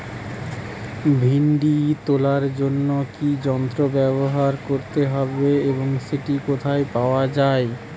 ভিন্ডি তোলার জন্য কি যন্ত্র ব্যবহার করতে হবে এবং সেটি কোথায় পাওয়া যায়?